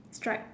stripe